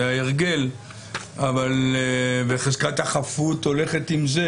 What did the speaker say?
זה ההרגל וחזקת החפות הולכת עם זה,